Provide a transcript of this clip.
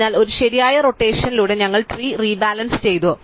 അതിനാൽ ഒരു ശരിയായ റോറ്റഷനിലൂടെ ഞങ്ങൾ ട്രീ റീബാലൻസ് ചെയ്തു